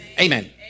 Amen